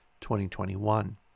2021